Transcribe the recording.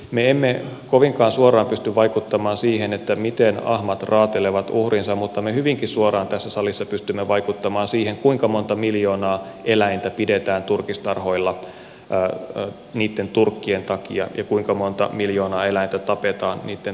me emme kovinkaan suoraan pysty vaikuttamaan siihen miten ahmat raatelevat uhrinsa mutta me hyvinkin suoraan tässä salissa pystymme vaikuttamaan siihen kuinka monta miljoonaa eläintä pidetään turkistarhoilla niitten turkkien takia ja kuinka monta miljoonaa eläintä tapetaan niitten turkkien takia